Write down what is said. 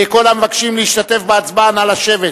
כל המבקשים להשתתף בהצבעה, נא לשבת.